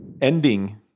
ending